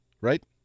right